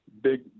big